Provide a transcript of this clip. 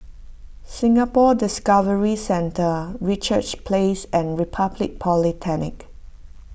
Singapore Discovery Centre Richards Place and Republic Polytechnic